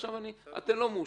עכשיו אתם לא מאושרים.